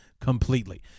completely